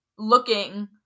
looking